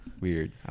Weird